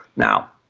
now,